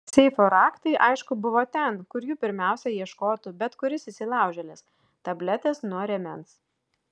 seifo raktai aišku buvo ten kur jų pirmiausia ieškotų bet kuris įsilaužėlis tabletės nuo rėmens